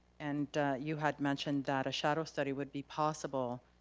and you had mentioned that a shadow study would be possible